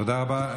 תודה רבה.